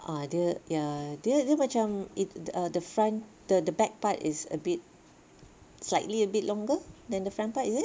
ah dia dia macam it ah the front the the back part is a bit slightly a bit longer then the front part is it